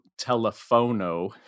Telefono